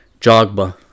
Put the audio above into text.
Jogba